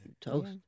Toast